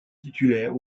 titulaire